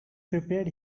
prepared